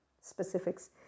specifics